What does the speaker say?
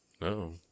No